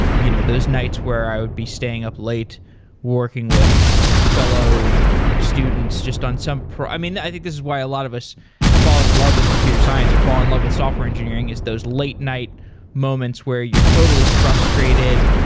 you know those nights where i'll be staying up late working with fellow students just on some i mean i think this is why a lot of us fall in love with computer science or fall in love with software engineering is those late night moments where you're totally frustrated.